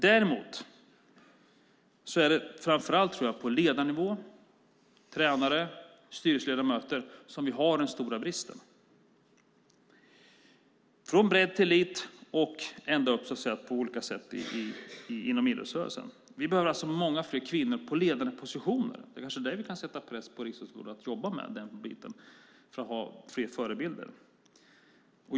Däremot är det framför allt när det gäller ledare, tränare och styrelseledamöter som vi har den stora bristen från bredd till elit inom idrottsrörelsen. Vi behöver många fler kvinnor på ledande positioner. Vi kanske kan sätta press på Riksidrottsförbundet att jobba med det för att vi ska få fler förebilder.